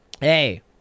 Hey